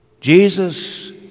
Jesus